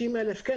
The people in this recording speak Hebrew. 90,000 שקל,